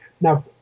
Now